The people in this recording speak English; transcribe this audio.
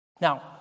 Now